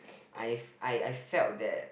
I I I felt that